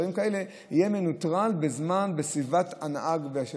יהיו מנוטרלים בסביבת הנהג.